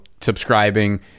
subscribing